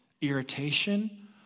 Irritation